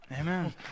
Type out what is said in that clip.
Amen